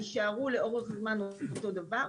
יישארו לאורך זמן אותו דבר,